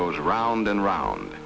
goes round and round